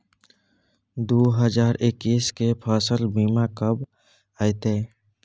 दु हजार एक्कीस के फसल बीमा कब अयतै?